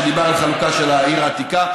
שדיבר על חלוקה של העיר העתיקה,